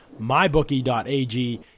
mybookie.ag